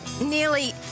nearly